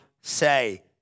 say